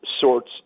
sorts